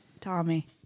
Tommy